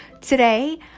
Today